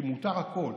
כי מותר הכול,